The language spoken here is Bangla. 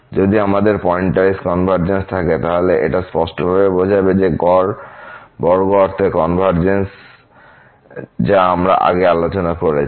যদি আমাদের পয়েন্টওয়াইজ কনভারজেন্স থাকে তাহলে এটা স্পষ্টভাবে বোঝাবে যে গড় বর্গ অর্থে কনভারজেন্স যা আমরা আগে আলোচনা করেছি